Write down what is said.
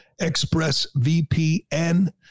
ExpressVPN